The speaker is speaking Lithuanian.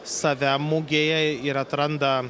save mugėje ir atranda